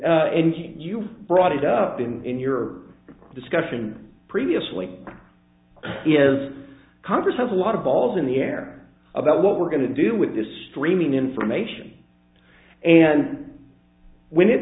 and you brought it up in your discussion previously is congress has a lot of balls in the air about what we're going to do with this streaming information and when it